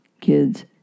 kids